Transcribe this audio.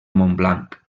montblanc